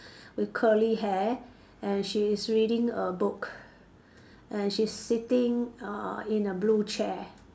with curly hair and she is reading a book and she's sitting uh in a blue chair